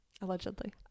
Allegedly